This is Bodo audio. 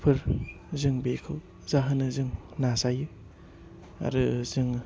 फोर जों बेखौ जाहोनो जों नाजायो आरो जोङो